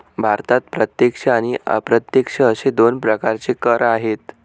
भारतात प्रत्यक्ष आणि अप्रत्यक्ष असे दोन प्रकारचे कर आहेत